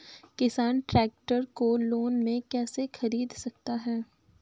किसान ट्रैक्टर को लोन में कैसे ख़रीद सकता है?